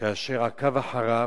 כאשר עקב אחריו.